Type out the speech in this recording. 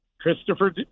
Christopher